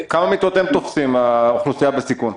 האיחוד הלאומי): וכמה מיטות תופסת האוכלוסייה בסיכון?